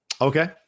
Okay